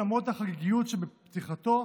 למרות החגיגיות שבפתיחתו,